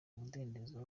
umudendezo